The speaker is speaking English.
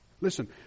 Listen